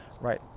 right